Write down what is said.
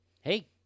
Hey